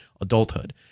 adulthood